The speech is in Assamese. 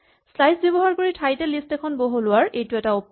স্লাইচ ব্যৱহাৰ কৰি ঠাইতে লিষ্ট এখন বহলোৱাৰ এইটো এটা উপায়